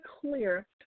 clear